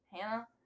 Hannah